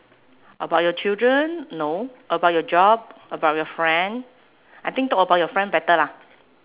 about your children no about your job about your friend I think talk about your friend better lah